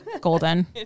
golden